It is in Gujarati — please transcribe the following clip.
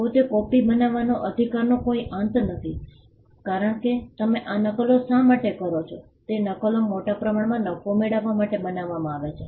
પોતે કોપિ બનાવવાનો અધિકારનો કોઈ અંત નથી કારણ કે તમે આ નકલો શા માટે કરો છો તે નકલો મોટા પ્રમાણમાં નફો મેળવવા માટે બનાવવામાં આવે છે